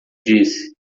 disse